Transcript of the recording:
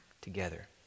Together